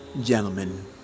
gentlemen